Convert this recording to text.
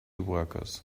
workers